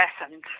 lessened